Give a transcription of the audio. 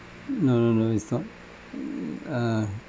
no no no it's not err